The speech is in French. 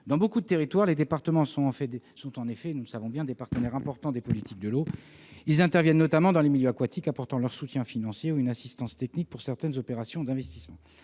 Dans de nombreux territoires, les départements sont en effet des partenaires importants des politiques de l'eau. Ils interviennent notamment dans le domaine de la gestion des milieux aquatiques, apportant leur soutien financier ou une assistance technique pour certaines opérations d'investissement.